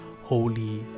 holy